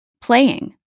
playing